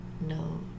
No